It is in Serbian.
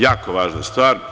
Jako važna stvar.